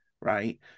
right